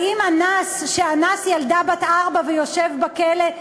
האם אנס שאנס ילדה בת ארבע ויושב בכלא,